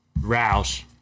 roush